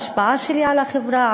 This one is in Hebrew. ההשפעה שלי על החברה,